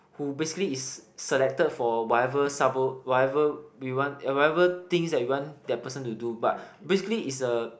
who basically is selected for whatever sabo~ whatever we want whatever things we want that person to do but basically is a